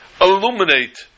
illuminate